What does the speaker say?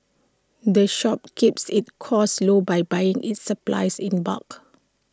the shop keeps its costs low by buying its supplies in bulk